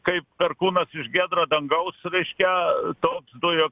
kaip perkūnas iš giedro dangaus reiškia toks dujų